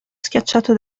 schiacciato